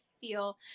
feel